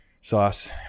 sauce